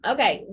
Okay